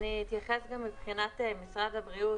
מבחינת משרד הבריאות,